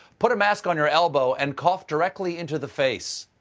put a mask on your elbow and cough directly into the face.